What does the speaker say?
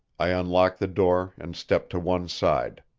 i unlocked the door and stepped to one side.